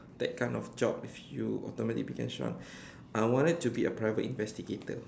that kind of job if you automatically became shrunk I wanted to be a private investigator